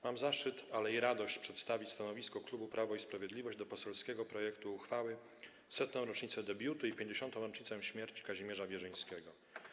Mam zaszczyt - ale i radość - przedstawić stanowisko klubu Prawo i Sprawiedliwość wobec poselskiego projektu uchwały w 100. rocznicę debiutu i 50. rocznicę śmierci Kazimierza Wierzyńskiego.